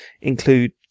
include